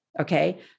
okay